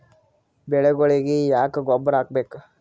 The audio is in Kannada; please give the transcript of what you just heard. ಬೆಳಿಗೊಳಿಗಿ ಯಾಕ ಗೊಬ್ಬರ ಹಾಕಬೇಕು?